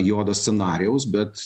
juodo scenarijaus bet